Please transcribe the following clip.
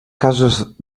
cases